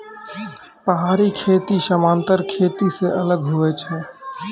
पहाड़ी खेती समान्तर खेती से अलग हुवै छै